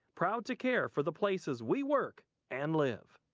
proud to care for the places we work and live.